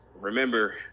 remember